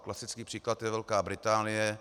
Klasický příklad je Velká Británie.